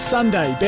Sunday